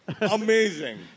amazing